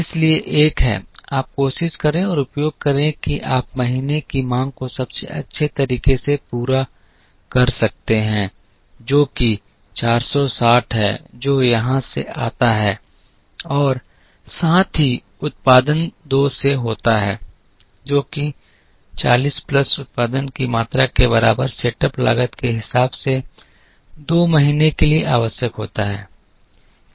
इसलिए एक है आप कोशिश करें और उपयोग करें कि आप महीने की मांग को सबसे अच्छे तरीके से पूरा कर सकते हैं जो कि 460 है जो यहाँ से आता है और साथ ही उत्पादन दो से होता है जो कि 40 प्लस उत्पादन की मात्रा के बराबर सेटअप लागत के हिसाब से दो महीने के लिए आवश्यक होता है